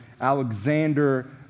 Alexander